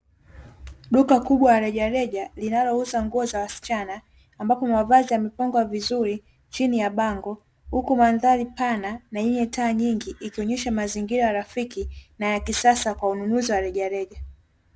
Duka kubwa la rejareja linalouza nguo za wasichana ambapo mavazi yamepangwa vizuri chini ya bango, huku mandhari pana na yenye taa nyingi ikionyesha mazingira rafiki na ya kisasa kwa ununuzi wa rejareja.